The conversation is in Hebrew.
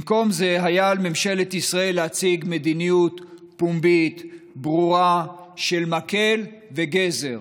במקום זה היה על ממשלת ישראל להציג מדיניות פומבית ברורה של מקל וגזר